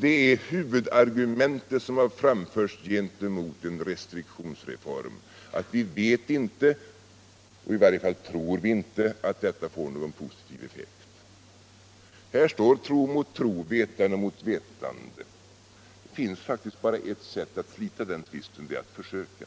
Det är också huvudargumentet som framförts mot en restriktionsreform: Vi vet inte, i varje fall tror vi inte, att den får någon positiv effekt. Här står tro mot tro, vetande mot vetande. Det finns faktiskt bara ett sätt att slita den tvisten, och det är att försöka.